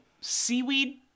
seaweed